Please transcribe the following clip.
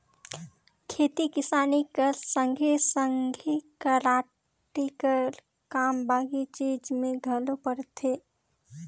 खेती किसानी कर संघे सघे टराली कर काम बाकी चीज मे घलो परथे